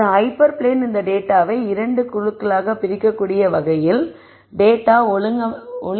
ஒரு hyperplane இந்த டேட்டாவை இரண்டு குழுக்களாகப் பிரிக்கக்கூடிய வகையில் டேட்டா ஒழுங்கமைக்கப்படலாம் என்பது உங்களுக்குத் தெரியும்